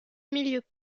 milieu